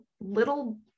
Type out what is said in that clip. little